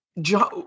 John